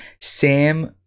Sam